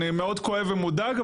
אני מאוד כואב ומודאג,